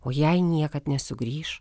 o jei niekad nesugrįš